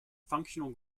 functional